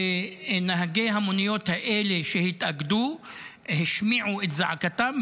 נהגי המוניות האלה שהתאגדו השמיעו את זעקתם,